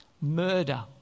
murder